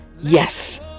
yes